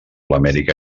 amèrica